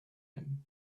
him